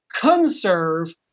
conserve